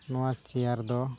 ᱱᱚᱣᱟ ᱪᱮᱭᱟᱨ ᱫᱚ